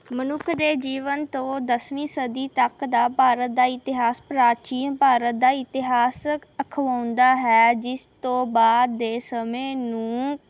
ਮਨੁੱਖ ਦੇ ਜੀਵਨ ਤੋਂ ਦਸਵੀਂ ਸਦੀ ਤੱਕ ਦਾ ਭਾਰਤ ਦਾ ਇਤਿਹਾਸ ਪ੍ਰਾਚੀਨ ਭਾਰਤ ਦਾ ਇਤਿਹਾਸ ਅਖਵਾਉਂਦਾ ਹੈ ਜਿਸ ਤੋਂ ਬਾਅਦ ਦੇ ਸਮੇਂ ਨੂੰ